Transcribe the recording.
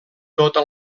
tota